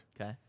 Okay